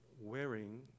wearing